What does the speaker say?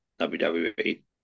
WWE